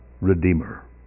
Redeemer